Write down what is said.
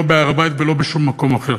לא בהר-הבית ולא בשום מקום אחר,